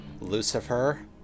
Lucifer